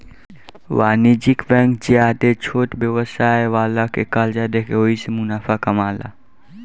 वाणिज्यिक बैंक ज्यादे छोट व्यवसाय वाला के कर्जा देके ओहिसे मुनाफा कामाला